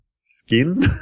skin